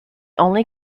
only